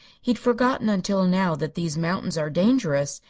he had forgotten until now that these mountains are dangerous.